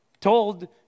told